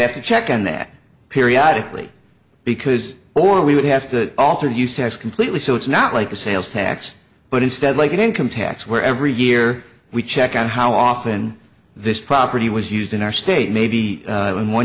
have to check on that periodically because or we would have to alter the use tax completely so it's not like a sales tax but instead like an income tax where every year we check on how often this property was used in our state maybe in one